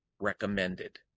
recommended